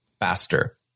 faster